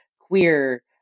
queer